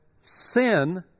sin